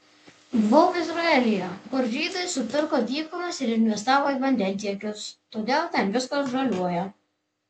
buvau izraelyje kur žydai supirko dykumas ir investavo į vandentiekius todėl ten viskas žaliuoja